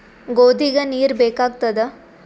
ಗೋಧಿಗ ನೀರ್ ಬೇಕಾಗತದ?